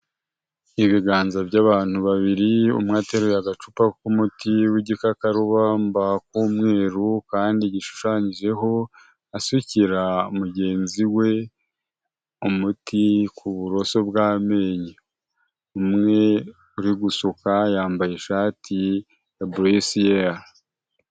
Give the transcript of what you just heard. Ibiganza by'abantu babiri umwe ateruye agacupa k'umuti w'igikakarubamba k'umweru kandi gishushanyijeho, asukira mugenzi we umuti ku buroso bw'amenyo, umwe uri gusuka yambaye ishati ya buresiyere.